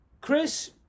Chris